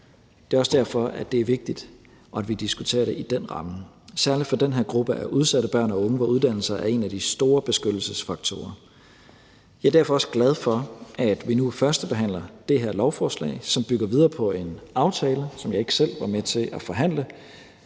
Det er også derfor, at det er vigtigt, at vi diskuterer det i den ramme, særlig for den her gruppe af udsatte børn og unge, hvor uddannelse er en af de store beskyttelsesfaktorer. Jeg er derfor også glad for, at vi nu førstebehandler de her lovforslag, som bygger videre på en aftale, som jeg ikke selv var med til at forhandle,